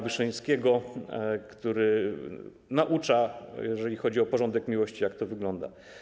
Wyszyńskiego, który naucza, jeżeli chodzi o porządek miłości, jak to wygląda.